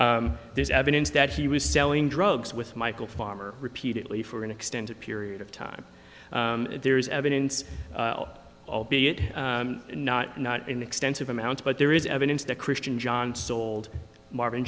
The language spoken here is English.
there's evidence that he was selling drugs with michael farmer repeatedly for an extended period of time there is evidence all be it not not an extensive amount but there is evidence that christian john sold marvin